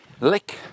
Lick